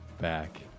back